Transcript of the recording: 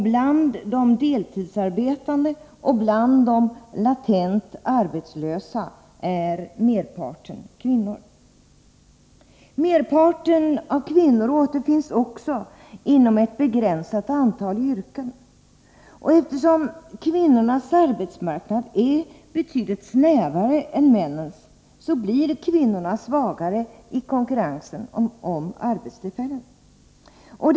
Bland de deltidsarbetande och bland de latent arbetslösa är merparten kvinnor. Merparten av kvinnor återfinns också inom ett begränsat antal yrken. Eftersom kvinnornas arbetsmarknad är betydligt snävare än männens, blir kvinnorna svagare i konkurrensen om arbetstillfällena.